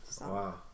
Wow